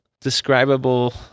describable